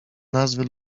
nazwy